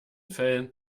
fällen